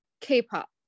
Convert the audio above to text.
k-pop